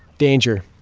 danger,